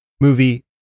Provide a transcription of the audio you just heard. movie